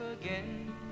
again